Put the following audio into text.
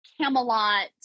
Camelot